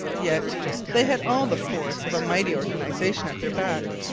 yet they had all the force of a mighty organization at their back,